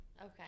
Okay